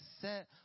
set